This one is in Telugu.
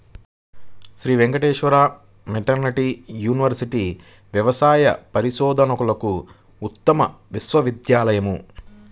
శ్రీ వెంకటేశ్వర వెటర్నరీ యూనివర్సిటీ వ్యవసాయ పరిశోధనలకు ఉత్తమ విశ్వవిద్యాలయం